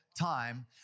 time